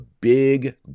big